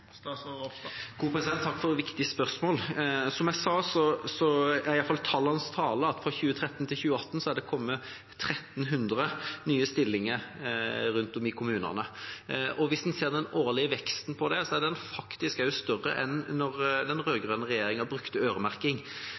Takk for et viktig spørsmål. Som jeg sa, er i hvert fall tallenes tale at det fra 2013 til 2018 er kommet 1 300 nye stillinger rundt om i kommunene. Og hvis en ser på den årlige veksten her, så er den faktisk også større enn da den rød-grønne regjeringa brukte øremerking.